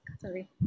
sorry